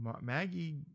Maggie